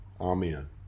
Amen